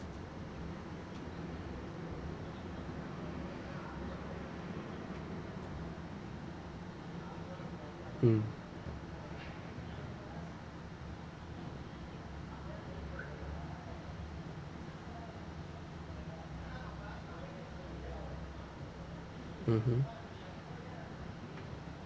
mm mmhmm